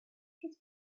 his